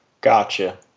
Gotcha